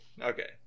Okay